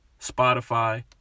Spotify